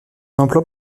emploie